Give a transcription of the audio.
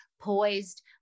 poised